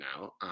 now